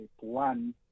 One